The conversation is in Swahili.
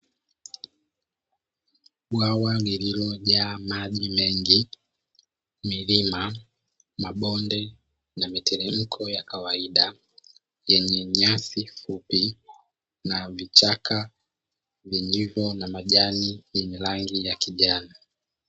Bwawa liliolojaa maji mengi, milima ,mabonde na miteremko ya kawaida; yenye nyasi fupi na vichaka, vilivyo na majani yenye rangi ya kijani.